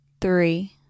three